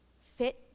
fit